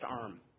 arm